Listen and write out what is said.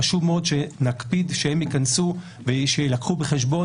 חשוב מאוד שנקפיד שהן כן ייכנסו ויילקחו בחשבון,